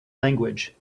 language